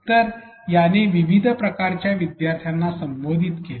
तर याने विविध प्रकारच्या विद्यार्थ्यांना संबोधित केले